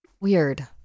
Weird